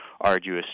arduous